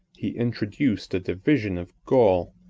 he introduced a division of gaul,